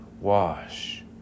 wash